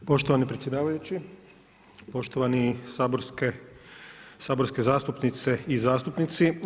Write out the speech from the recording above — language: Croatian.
Poštovani predsjedavajući, poštovani saborske zastupnice i zastupnici.